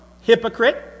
hypocrite